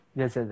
yes